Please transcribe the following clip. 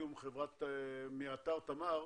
פטרוליום מאתר תמר.